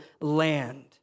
land